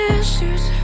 issues